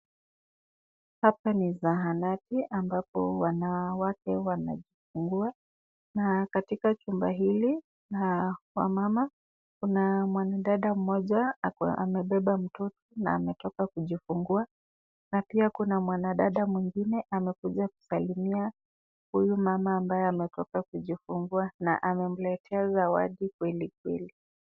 Hapa ni zahanati ambapo wanawake wanajifungua na katika chumba hili na kwa mama kuna mwanadada mmoja amebeba mtoto na ametoka kujifungua na pia kuna mwanadada mwingine amekuja kusalimia huyu mama ambaye ametoka kujifungua na amemletea zawadi kweli kweli.